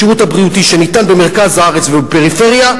בשירות הבריאותי שניתן במרכז הארץ ובפריפריה,